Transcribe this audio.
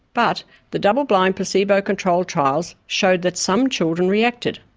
but the double blind placebo controlled trials showed that some children reacted,